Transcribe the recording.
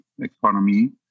economy